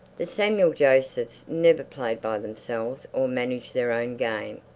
the samuel josephs never played by themselves or managed their own game.